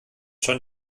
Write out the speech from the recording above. schon